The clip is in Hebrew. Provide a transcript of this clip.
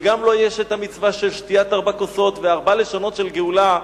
וגם לו יש המצווה של שתיית ארבע כוסות וארבע לשונות של גאולה.